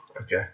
Okay